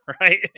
right